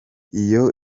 iyo